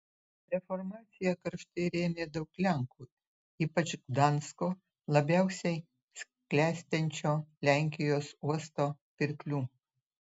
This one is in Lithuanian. reformaciją karštai rėmė daug lenkų ypač gdansko labiausiai klestinčio lenkijos uosto pirklių